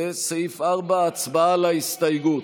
לסעיף 4. הצבעה על ההסתייגות.